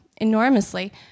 enormously